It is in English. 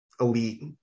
elite